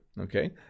okay